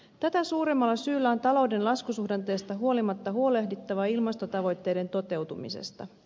tätä suuremmalla syyllä on talouden laskusuhdanteesta huolimatta huolehdittava ilmastotavoitteiden toteutumisesta